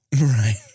Right